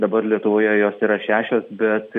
dabar lietuvoje jos yra šešios bet